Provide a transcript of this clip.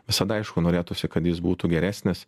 visada aišku norėtųsi kad jis būtų geresnis